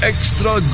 Extra